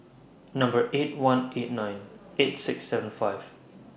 Number eight one eight nine eight six seven five